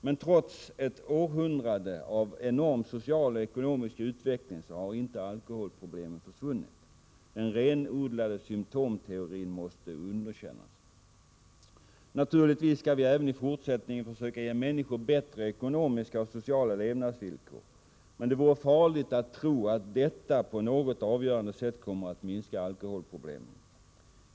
Men trots ett århundrade av enorm social och ekonomisk utveckling har inte alkoholproblemen försvunnit. Den renodlade symptomteorin måste underkännas. Naturligtvis skall vi även i fortsättningen försöka ge människor bättre ekonomiska och sociala levnadsvillkor. Men det vore farligt att tro att detta på något avgörande sätt kommer att minska alkoholproblemen.